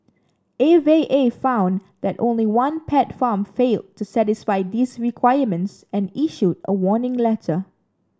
A V A found that only one pet farm failed to satisfy these requirements and issued a warning letter